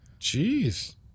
Jeez